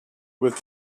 with